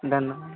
धन्यवाद